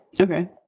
Okay